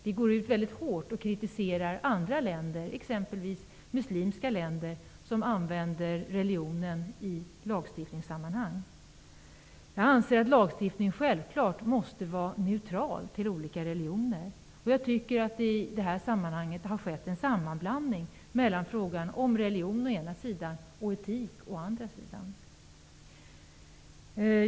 Vi kritiserar hårt andra länder, exempelvis muslimska länder, som använder religionen i lagstiftningssammanhang. Jag anser att lagstiftningen självfallet måste vara neutral till olika religioner. Jag tycker att det i det här sammanhanget har skett en sammanblandning mellan religion å ena sidan och etik å andra sidan.